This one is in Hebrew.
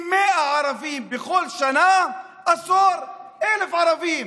אם יש 100 ערבים בכל שנה, בעשור 1,000 ערבים.